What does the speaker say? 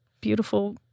beautiful